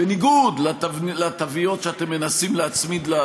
בניגוד לתוויות שאתם מנסים להצמיד לה,